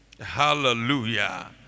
Hallelujah